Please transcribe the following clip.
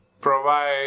provide